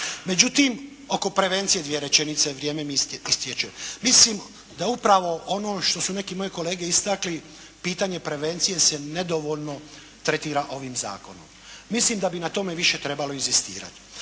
Međutim, oko prevencije dvije rečenice, vrijeme mi istječe. Mislim da upravo ono što su neki moji kolege istakli pitanje prevencije se nedovoljno tretira ovim zakonom. Mislim da bi na tome više trebalo inzistirati.